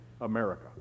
America